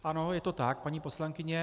Ano, je to tak, paní poslankyně.